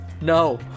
No